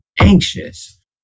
anxious